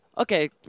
Okay